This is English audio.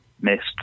missed